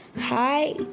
hi